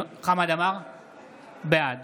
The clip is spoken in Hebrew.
בעד